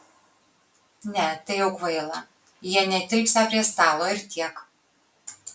ne tai jau kvaila jie netilpsią prie stalo ir tiek